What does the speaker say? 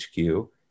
HQ